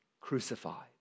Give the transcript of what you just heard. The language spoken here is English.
crucified